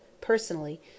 personally